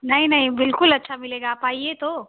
नहीं नहीं बिल्कुल अच्छा मिलेगा आप आइए तो